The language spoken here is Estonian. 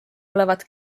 olevat